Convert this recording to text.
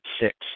six